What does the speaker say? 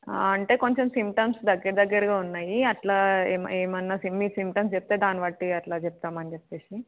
అంటే కొంచెం సింటమ్స్ దగ్గర దగ్గరగా ఉన్నాయి అట్లా ఏమైనా మీ మీరు సింటమ్స్ చెప్తే దాన్ని బట్టి అట్లా చెబుదామని చెప్పేసి